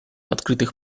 открытых